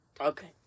Okay